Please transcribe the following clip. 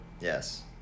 Yes